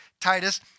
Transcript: Titus